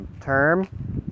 term